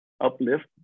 uplift